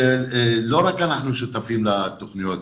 לא רק אנחנו שותפים לתוכניות.